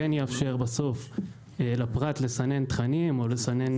שכן יאפשר לפרט לסנן תכנים או לסנן